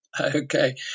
Okay